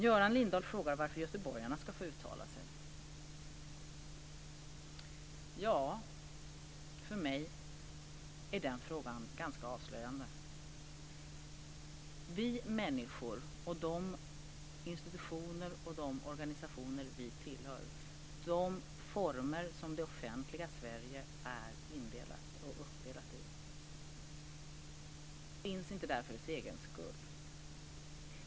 Göran Lindblad frågar varför göteborgarna ska få uttala sig. Ja, för mig är den frågan ganska avslöjande. Vi människor och de institutioner och organisationer vi tillhör - de former som det offentliga Sverige är indelat och uppdelat i - finns inte där för dess egen skull.